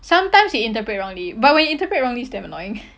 sometimes it interpret wrongly but when it interpret wrongly it's damn annoying